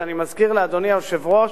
כשאני מזכיר לאדוני היושב-ראש